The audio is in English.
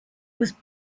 was